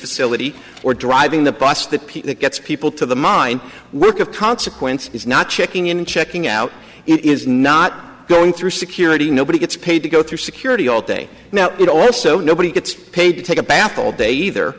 facility or driving the bus that piece that gets people to the mine work of consequence is not checking in and checking out it is not going through security nobody gets paid to go through security all day now but also nobody gets paid to take a bath all day either